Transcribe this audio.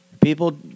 People